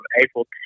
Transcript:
April